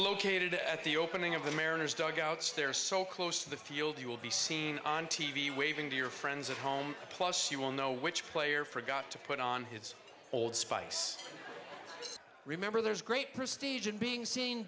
located at the opening of the mariners dugouts there so close to the field you will be seen on t v waving to your friends at home plus you will know which player forgot to put on his old spice remember there's a great prestigious being seen